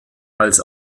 als